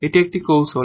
এটি একটি কৌশল